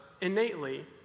innately